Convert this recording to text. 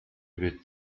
wird